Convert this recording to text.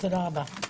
תודה רבה.